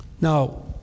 Now